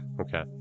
Okay